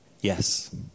Yes